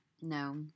No